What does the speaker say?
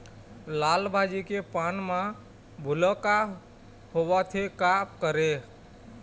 लाल भाजी के पान म भूलका होवथे, का करों?